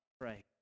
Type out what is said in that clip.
Pray